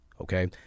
okay